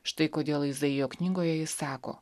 štai kodėl izaijo knygoje jis sako